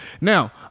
Now